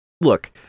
look